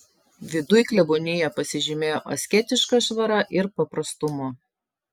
viduj klebonija pasižymėjo asketiška švara ir paprastumu